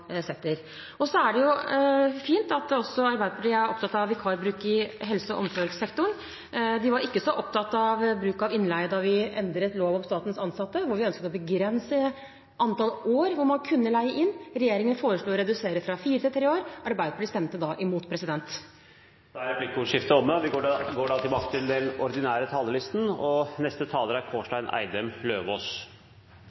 setter. Så er det fint at også Arbeiderpartiet er opptatt av vikarbruk i helse- og omsorgssektoren. De var ikke så opptatt av bruk av innleie da vi endret lov om statens ansatte, da vi ønsket å begrense antall år man kunne leie inn. Regjeringen foreslo å redusere fra fire til tre år. Arbeiderpartiet stemte da imot. Replikkordskiftet er omme. De talere som heretter får ordet, har en taletid på inntil 3 minutter.. Som vi har hørt i dag, er utfordringene knyttet til